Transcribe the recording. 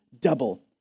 double